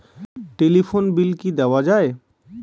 Telephone bill কি দেওয়া যায়?